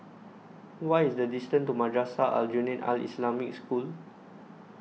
What IS The distance to Madrasah Aljunied Al Islamic School